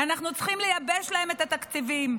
ואנחנו צריכים לייבש להם את התקציבים.